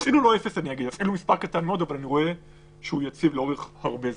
או אפילו מספר קטן מאוד אבל יציב לאורך הרבה זמן.